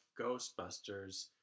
Ghostbusters